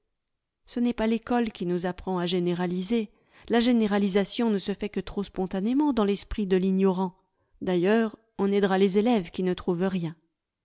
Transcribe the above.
ce n'est pas l'école qui nous apprend à généraliser la généralisation ne se fait que trop spontanément dans l'esprit de l'ignoranl d'ailleurs on aidera les élèves qui ne trouvent rien